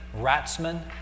Ratzman